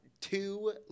two